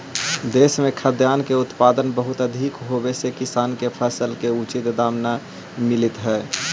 देश में खाद्यान्न के उत्पादन बहुत अधिक होवे से किसान के फसल के उचित दाम न मिलित हइ